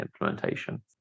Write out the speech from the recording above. implementation